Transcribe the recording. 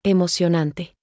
Emocionante